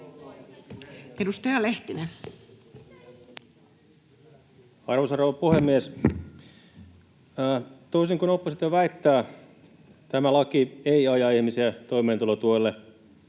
Edustaja Lehtinen. Arvoisa rouva puhemies! Toisin kuin oppositio väittää, tämä laki ei aja ihmisiä toimeentulotuelle,